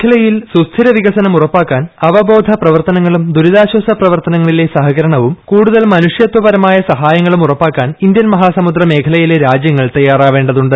മേഖലയിൽ സുസ്ഥിര വികസനം ഉറപ്പാക്കാൻ അവബോധ പ്രവർത്തനങ്ങളും ദുരിതാശ്വാസ പ്രവർത്തനങ്ങളിലെ സഹകരണവും കൂടുതൽ മനുഷത്വപരമായ സഹായങ്ങളും ഉറപ്പാക്കാൻ ഇന്ത്യൻ മഹാസമുദ്ര മേഖലയിലെ രാജ്യങ്ങൾ തയ്യാറാവേണ്ടതുണ്ട്